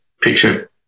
picture